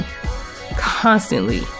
constantly